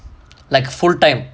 like full time